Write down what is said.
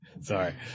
Sorry